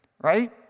right